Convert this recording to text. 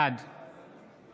בעד